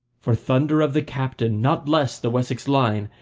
for thunder of the captain, not less the wessex line,